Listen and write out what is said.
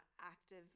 active